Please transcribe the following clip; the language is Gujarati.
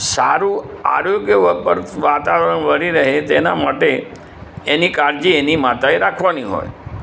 સારું આરોગ્ય વર્ધક વાતાવરણ મળી રહે તેના માટે એની કાળજી એની માતાએ રાખવાની હોય